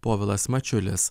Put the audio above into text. povilas mačiulis